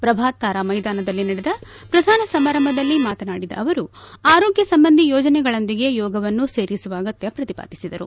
ಪ್ರಭಾತ್ ತಾರಾ ಮೈದಾನದಲ್ಲಿ ನಡೆದ ಪ್ರಧಾನ ಸಮಾರಂಭದಲ್ಲಿ ಮಾತನಾಡಿದ ಅವರು ಆರೋಗ್ಯ ಸಂಬಂಧಿ ಯೋಜನೆಗಳೊಂದಿಗೆ ಯೋಗವನ್ನು ಸೇರಿಸುವ ಅಗತ್ಯ ಪ್ರತಿಪಾದಿಸಿದರು